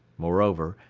moreover,